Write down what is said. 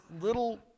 little